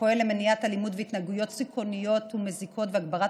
הפועל למניעת אלימות והתנהגויות סיכוניות ומזיקות ולהגברת